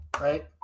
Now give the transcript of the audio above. Right